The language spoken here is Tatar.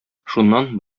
шуннан